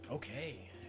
Okay